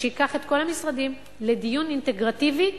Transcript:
שייקח את כל המשרדים לדיון אינטגרטיבי,